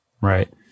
right